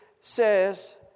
says